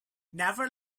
never